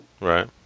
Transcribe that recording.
Right